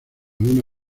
uno